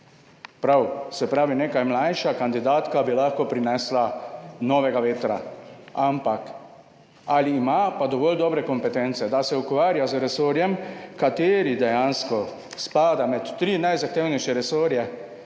Prav, se pravi, neka mlajša kandidatka bi lahko prinesla novega vetra, ampak, ali ima pa dovolj dobre kompetence, da se ukvarja z resorjem kateri dejansko spada med tri najzahtevnejše resorje